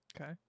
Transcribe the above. okay